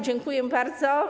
Dziękuję bardzo.